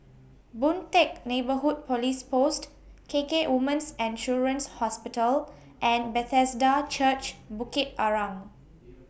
Boon Teck Neighbourhood Police Post K K Women's and Children's Hospital and Bethesda Church Bukit Arang